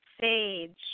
sage